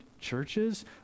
churches